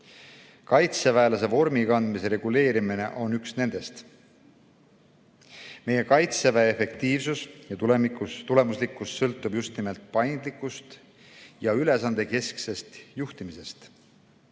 Kaitseväelase vormi kandmise reguleerimine on üks nendest. Meie Kaitseväe efektiivsus ja tulemuslikkus sõltub just nimelt paindlikust ja ülesandekesksest juhtimisest